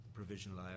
provisional